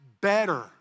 better